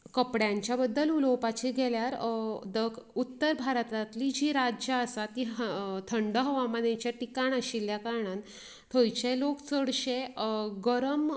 कपड्याच्या बद्दल उलोवपाचे गेल्यार द उत्तर भारतांतली जी राज्या आसा ती थंड हवामानाचे ठिकाण आशिल्ल्या कारणान थंयचे लोक चडशें गरम